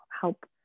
help